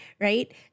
right